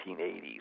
1980s